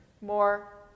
more